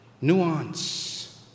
nuance